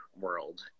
world